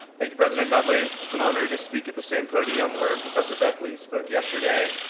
thank you, president dudley, it's an honor to speak at the same podium where professor beckley spoke yesterday,